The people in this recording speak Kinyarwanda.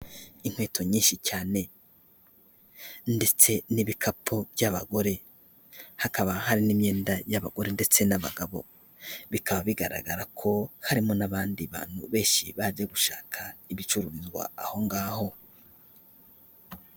Inkweto nyinshi cyane ndetse n'ibikapu by'abagore, hakaba harimo imyenda y'abagore ndetse n'abagabo, bikaba bigaragara ko harimo n'abandi bantu benshi baje gushaka ibicuruzwa aho ngaho.